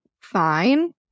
fine